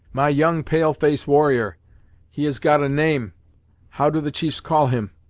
my young pale-face warrior he has got a name how do the chiefs call him?